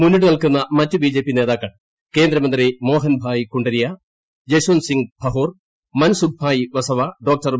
മുന്നിട്ട് നിൽക്കുന്ന മറ്റ് ബിജെപി നേതാക്കൾ കേന്ദ്രമന്ത്രി മോഹൻ ഭൂായ് കുണ്ടരിയ ജഷ്വ ന്ത്സിൻഹ് ഭഭോർ മൻസുക്ഭായ് വസ്ഥൂർ ്ഡോ്